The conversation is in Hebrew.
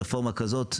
רפורמה כזאת,